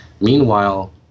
Meanwhile